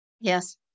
Yes